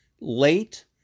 late